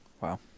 Wow